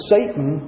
Satan